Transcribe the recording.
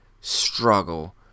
struggle